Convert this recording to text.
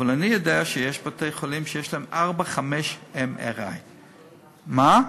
אבל אני יודע שיש בתי-חולים שיש להם ארבעה-חמישה MRI. שניים,